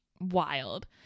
Wild